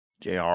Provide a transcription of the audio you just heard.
JR